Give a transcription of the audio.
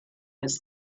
was